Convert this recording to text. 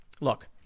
Look